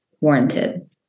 warranted